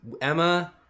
Emma